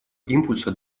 импульса